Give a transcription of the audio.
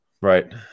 Right